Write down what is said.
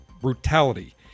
brutality